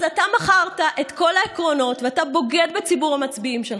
אז אתה מכרת את כל העקרונות ואתה בוגד בציבור המצביעים שלך,